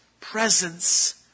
presence